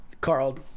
Carl